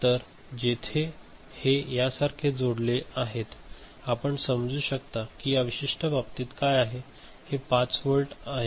तर जेथे हे यासारखे जोडलेले आहे आपण हे समजू शकता की या विशिष्ट बाबतीत काय आहे ते हे 5 व्होल्ट आहे